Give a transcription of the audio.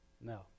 No